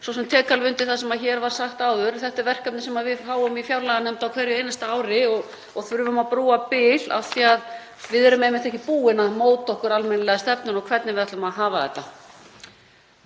og tek alveg undir það sem hér var sagt áður. Þetta er verkefni sem við fáum í fjárlaganefnd á hverju einasta ári og þurfum að brúa bil af því að við erum einmitt ekki búin að móta okkur almennilega stefnu um hvernig við ætlum að hafa þetta.